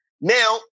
Now